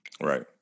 Right